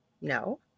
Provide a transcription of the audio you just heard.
No